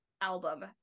album